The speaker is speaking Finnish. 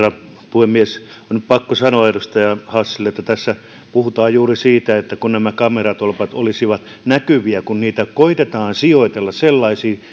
herra puhemies on pakko sanoa edustaja hassille että tässä puhutaan juuri siitä että nämä kameratolpat olisivat näkyviä kun niitä koetetaan sijoitella sellaisiin